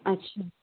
अच्छा